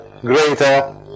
greater